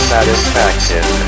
Satisfaction